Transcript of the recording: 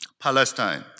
Palestine